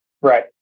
Right